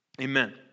Amen